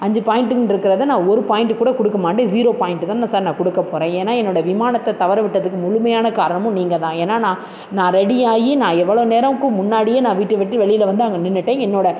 அஞ்சு பாயிண்ட்டுன்ருக்கறதை நான் ஒரு பாயிண்டுக்கூட கொடுக்கமாட்டேன் ஜீரோ பாயிண்டு தான் நான் சார் நான் கொடுக்கப் போறேன் ஏன்னால் என்னோடய விமானத்தை தவற விட்டதுக்கு முழுமையான காரணமும் நீங்கள் தான் ஏன்னால் நான் நான் ரெடியாகி நான் எவ்வளோ நேரமுக்கு முன்னாடியே நான் வீட்டை விட்டு வெளியில் வந்து அங்கே நின்றுட்டேன் என்னோடய